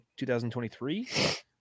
2023